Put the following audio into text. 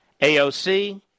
AOC